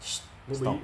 stop